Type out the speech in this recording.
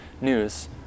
news